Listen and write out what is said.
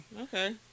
okay